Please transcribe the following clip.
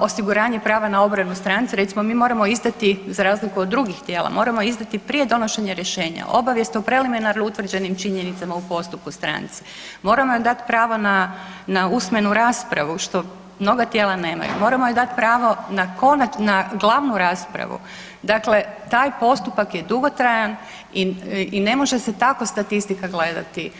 osiguranje prava na obranu stranaka, recimo mi moramo izdati, za razliku od drugih tijela, moramo izdati prije donošenja rješenja, obavijest o preliminarno utvrđenim činjenicama u postupku stranci, moramo im dati pravo na usmenu raspravu što mnoga tijela nemaju, moramo joj dati pravo na .../nerazumljivo/... na glavnu raspravu, dakle taj postupak je dugotrajan i ne može se tako statistika gledati.